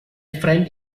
friend